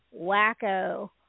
wacko